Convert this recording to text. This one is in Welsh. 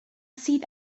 sydd